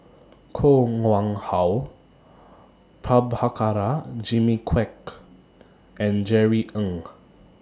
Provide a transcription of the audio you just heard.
Koh Nguang How Prabhakara Jimmy Quek and Jerry Ng